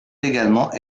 également